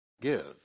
give